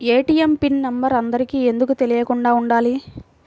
ATM pin number అందరికి ఎందుకు తెలియకుండా ఉండాలి?